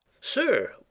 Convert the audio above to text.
Sir